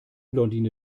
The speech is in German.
blondine